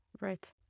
Right